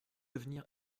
devenir